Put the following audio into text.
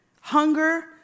hunger